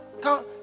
Come